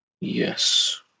yes